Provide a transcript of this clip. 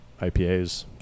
IPAs